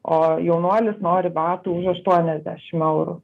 o jaunuolis nori batų už aštuoniasdešim eurų